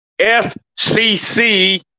FCC